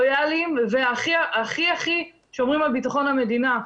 לויאליים והכי הכי שומרים על ביטחון המדינה.